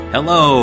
Hello